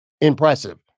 impressive